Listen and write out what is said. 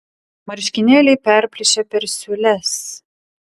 marškinėliai perplyšę per siūles